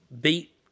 beat